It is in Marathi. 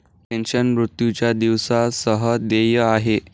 पेन्शन, मृत्यूच्या दिवसा सह देय आहे